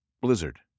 Blizzard